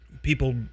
People